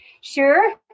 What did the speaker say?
Sure